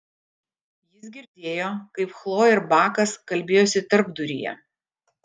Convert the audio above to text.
jis girdėjo kaip chlojė ir bakas kalbėjosi tarpduryje